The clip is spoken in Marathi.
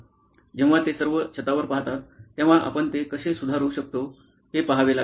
जेव्हा ते सर्व छतावर पाहतात तेव्हा आपण ते कसे सुधारू शकतो हे पहावे लागेल